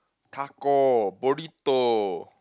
taco burrito